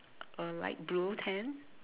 a light blue tent